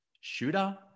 shooter